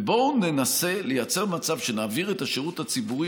ובואו ננסה לייצר מצב שנעביר את השירות הציבורי